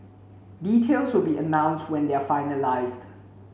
details will be announced when they are finalised